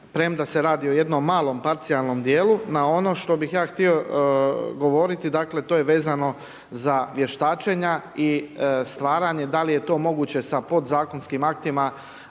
premda se radi o jednom malom parcijalnom dijelu. No ono što bih ja htio govoriti dakle to je vezano za vještačenja i stvaranje da li je to moguće sa podzakonskim aktima,